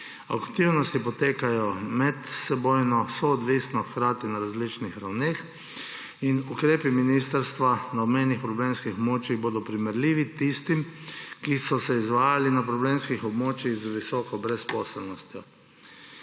Aktivnosti potekajo medsebojno, soodvisno, hkrati na različnih ravneh. Ukrepi ministrstva na obmejnih problemskih območjih bodo primerljivi s tistimi, ki so se izvajali na problemskih območjih z visoko brezposelnostjo.